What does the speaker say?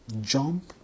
jump